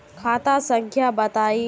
खाता संख्या बताई?